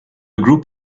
group